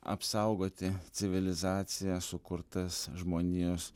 apsaugoti civilizaciją sukurtas žmonijos